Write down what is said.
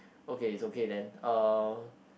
okay it's okay then uh